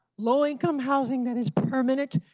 low income housing that is permanent,